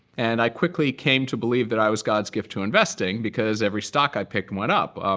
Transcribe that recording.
and i quickly came to believe that i was god's gift to investing, because every stock i picked went up.